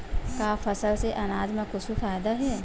का फसल से आनाज मा कुछु फ़ायदा हे?